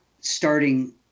starting